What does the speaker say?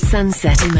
Sunset